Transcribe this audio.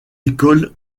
école